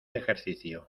ejercicio